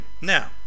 Now